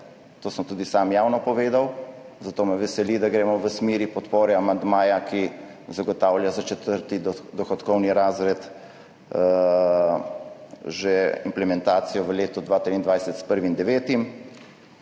to sem tudi sam javno povedal. Zato me veseli, da gremo v smeri podpore amandmaju, ki zagotavlja za četrti dohodkovni razred implementacijo že v letu 2023, s 1. 9.